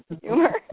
humor